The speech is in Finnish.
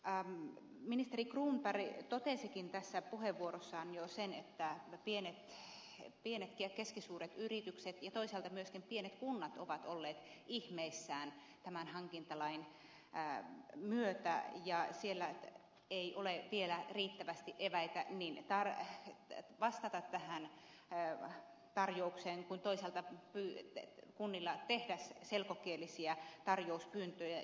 ministeri cronberg totesikin puheenvuorossaan jo sen että pienet ja keskisuuret yritykset ja toisaalta myöskin pienet kunnat ovat olleet ihmeissään tämän hankintalain myötä ja kunnilla ei ole vielä riittävästi eväitä vastata tarjoukseen kuin toisaalta tehdä selkokielisiä tarjouspyyntöjä